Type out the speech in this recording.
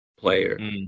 Player